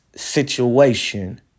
situation